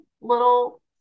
little